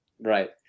Right